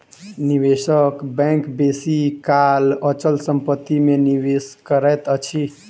निवेशक बैंक बेसी काल अचल संपत्ति में निवेश करैत अछि